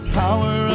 tower